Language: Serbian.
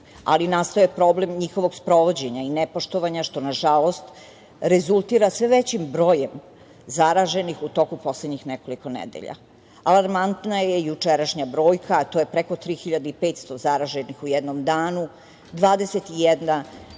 ali nastaje problem njihovog sprovođenja i nepoštovanja, što nažalost rezultira sve većim brojem zaraženih u toku poslednjih nekoliko nedelja. Alarmantna je i jučerašnja brojka, a to je preko 3.500 zaraženih u jednom danu, 21 preminuli,